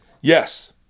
Yes